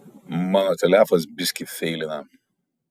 mano telefas biskį feilina